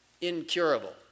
incurable